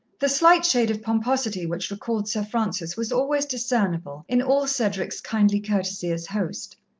the slight shade of pomposity which recalled sir francis was always discernible in all cedric's kindly courtesy as host.